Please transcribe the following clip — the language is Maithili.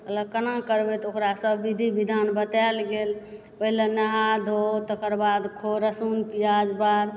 कोना करबै तऽ ओकरा सभ विधि विधान बताएल गेल पहिले नहा धो तकर बाद खो रसून प्याज बार